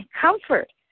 comfort